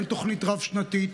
אין תוכנית רב-שנתית,